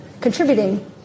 contributing